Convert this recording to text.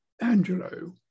Angelo